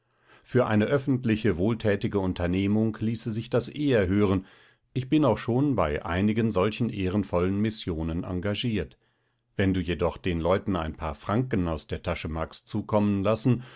für eine öffentliche wohltätige unternehmung ließe sich das eher hören ich bin auch schon bei einigen solchen ehrenvollen missionen engagiert wenn du jedoch den leuten ein paar franken aus der tasche magst zukommen lassen